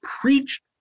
preached